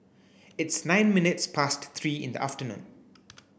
its nine minutes past three in the afternoon